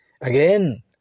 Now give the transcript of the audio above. Again